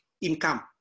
income